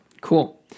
Cool